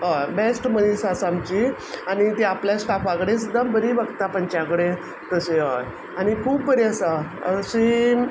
हय बॅस्ट मनीस आसा आमची आनी ती आपल्या स्टाफा कडेन सुद्दां बरी वागता पंचा कडेन तशी हय आनी खूब बरी आसा अशी